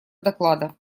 доклада